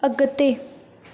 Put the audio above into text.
अगि॒ते